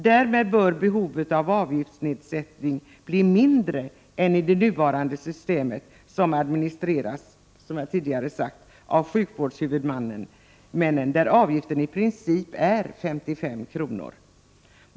Därmed bör behovet av avgiftsnedsättning bli mindre än i det nuvarande systemet, vilket som nämnts administreras av sjukvårdshuvudmännen och i vilket avgiften i princip är 55 kr.